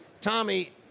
Tommy